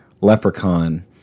Leprechaun